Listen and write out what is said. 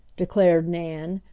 declared nan,